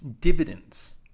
dividends